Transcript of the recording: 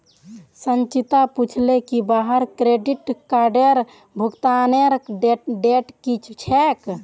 संचिता पूछले की वहार क्रेडिट कार्डेर भुगतानेर डेट की छेक